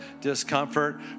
discomfort